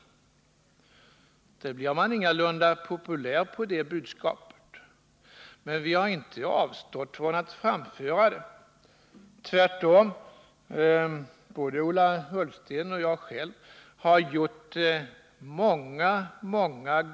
På det budskapet blir man ingalunda populär, men vi har inte avstått från att framföra det. Både Ola Ullsten och jag själv har framfört det många gånger.